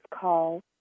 call